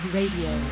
Radio